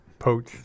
poach